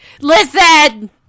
listen